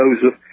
Joseph